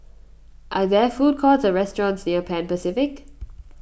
are there food courts or restaurants near Pan Pacific